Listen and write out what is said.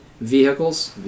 vehicles